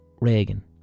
Reagan